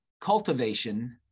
cultivation